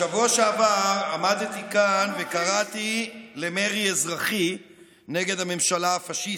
בשבוע שעבר עמדתי כאן וקראתי למרי אזרחי נגד הממשלה הפשיסטית.